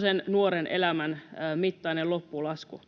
sen nuoren koko elämän mittainen loppulasku.